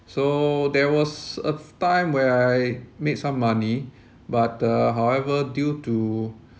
so there was a time where I made some money but uh however due to